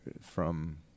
from-